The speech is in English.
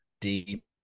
deep